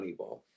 Moneyball